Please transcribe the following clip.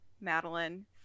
madeline